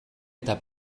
eta